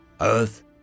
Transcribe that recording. Earth